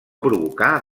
provocar